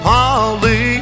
Polly